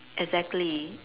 exactly